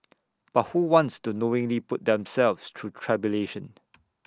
but who wants to knowingly put themselves through tribulation